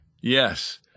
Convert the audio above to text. Yes